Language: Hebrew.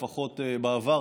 לפחות בעבר,